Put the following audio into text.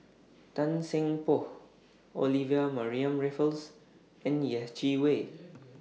Tan Seng Poh Olivia Mariamne Raffles and Yeh Chi Wei